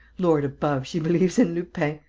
lord above, she believes in lupin!